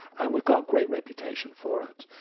and we've got a great reputation for it.